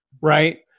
right